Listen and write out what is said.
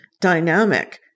dynamic